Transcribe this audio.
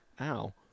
Ow